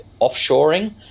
offshoring